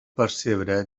percebre